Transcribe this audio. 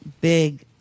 big